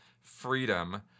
freedom